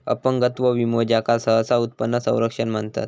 अपंगत्व विमो, ज्याका सहसा उत्पन्न संरक्षण म्हणतत